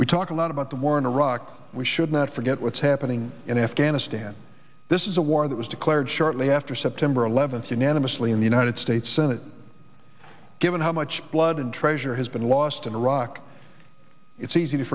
we talk a lot about the war in iraq we should not forget what's happening in afghanistan this is a war that was declared shortly after september eleventh synonymously in the united states senate given how much blood and treasure has been lost in iraq it's easy to